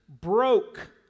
broke